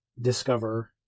discover